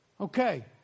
Okay